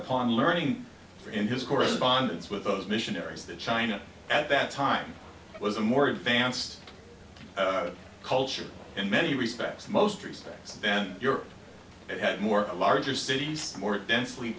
upon learning in his correspondence with those missionaries that china at that time was a more advanced culture in many respects most respects then europe had more a larger cities more densely